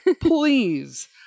please